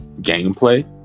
gameplay